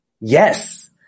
Yes